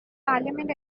parliament